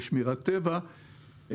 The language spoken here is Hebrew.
לשמירת טבע,